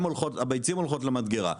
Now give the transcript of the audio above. הביצים הולכות למדגרה.